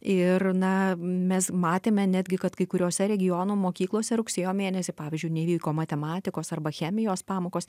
ir na mes matėme netgi kad kai kuriose regiono mokyklose rugsėjo mėnesį pavyzdžiui nevyko matematikos arba chemijos pamokos